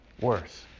worse